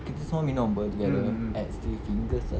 kita semua minum [pe] together at sticky fingers